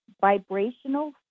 vibrational